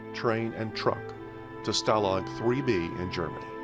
train, and truck to stalag three b in germany.